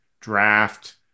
draft